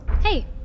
Hey